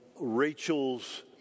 Rachel's